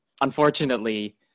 unfortunately